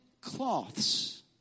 cloths